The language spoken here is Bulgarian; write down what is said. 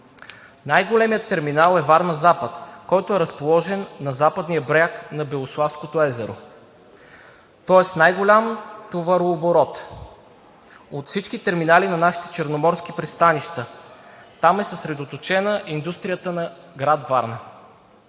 Най-големият терминал е „Варна – запад“, който е разположен на западния бряг на Белославското езеро. Той е с най-голям товарооборот от всички терминали на нашите черноморски пристанища. Там е съсредоточена индустрията на град Варна.